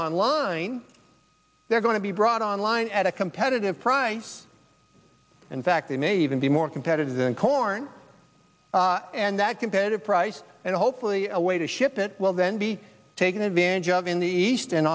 on line they're going to be brought online at a competitive price in fact they may even be more competitive than corn and that competitive price and hopefully a way to ship it will then be taken advantage of in the east and